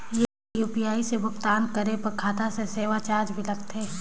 ये यू.पी.आई से भुगतान करे पर खाता से सेवा चार्ज भी लगथे?